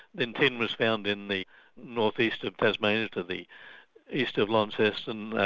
then tin was found in the north-east of tasmania to the east of launceston.